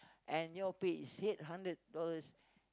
and your pay is eight hundred dollars